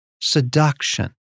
Seduction